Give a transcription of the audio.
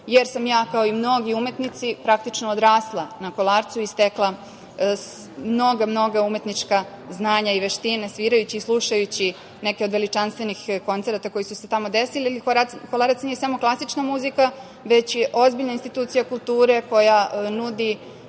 jer sam ja kao i mnogi umetnici praktično odrasla na „Kolarcu“ i stekla mnoga umetnička znanja i veštine, svirajući i slušajući neke od veličanstvenih koncerata koji su se tamo desili. Kolarac nije samo klasična muzika, već je ozbiljna institucija kulture koja nudi